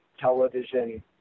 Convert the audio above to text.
television